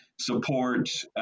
support